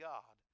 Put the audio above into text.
God